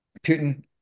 putin